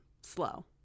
slow